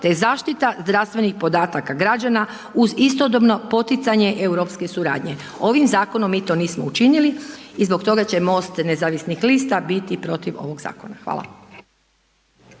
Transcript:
te zaštita zdravstvenih podataka građana uz istodobno poticanje europske suradnje. Ovim zakonom mi to nismo učinili i zbog toga će MOST Nezavisnih lista biti protiv ovog zakona. Hvala.